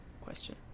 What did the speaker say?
question